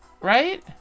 right